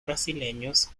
brasileños